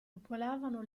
popolavano